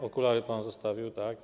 Okulary pan zostawił, tak.